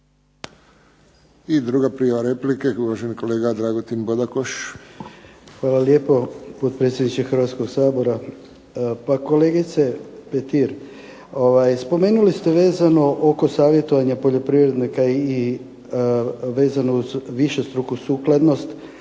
I druga prijava replike, uvaženi kolega Dragutin Bodakoš. **Bodakoš, Dragutin (SDP)** Hvala lijepo potpredsjedniče Hrvatskog sabora. Pa kolegice Petir spomenuli ste vezano oko savjetovanja poljoprivrednika i vezano uz višestruku sukladnost